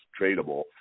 tradable